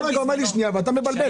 אתה כל רגע אומר לי 'שנייה' ואתה מבלבל.